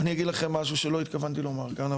אני אגיד לכם משהו שלא התכוונתי לומר כאן,